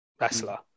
wrestler